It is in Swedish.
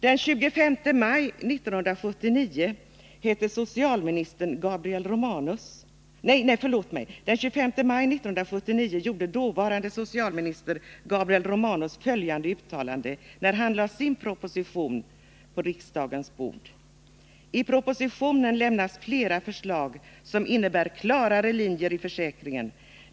Den 25 maj 1979 gjorde dåvarande socialministern Gabriel Romanus följande uttalande när han lade fram sin proposition på riksdagens bord: ”I propositionen lämnas flera förslag, som innebär klarare linjer i försäkringen.